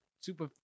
super